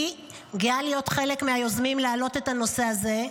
אני גאה להיות חלק מהיוזמים להעלות את הנושא הזה,